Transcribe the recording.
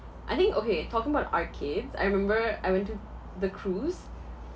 I think okay talking about arcades I remember I went to the cruise